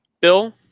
Bill